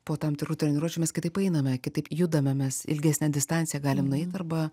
po tam tikrų treniruočių mes kitaip einame kitaip judame mes ilgesnę distanciją galim nueit arba